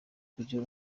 kugira